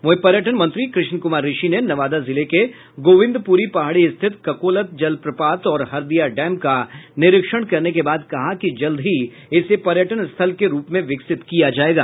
वहीं पर्यटन मंत्री कृष्ण कुमार ऋषि ने नवादा जिले के गोविन्दप्री पहाड़ी स्थित ककोलत जलप्रपात और हरदिया डैम का निरीक्षण करने के बाद कहा कि जल्द ही इसे पर्यटन स्थल के रूप में विकसित किया जाएगा